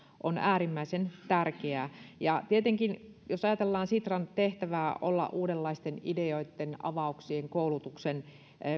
on äärimmäisen tärkeää ja tietenkin jos ajatellaan sitran tehtävää olla uudenlaisten ideoitten avauksien koulutuksen